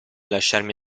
lasciarmi